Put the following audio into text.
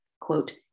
quote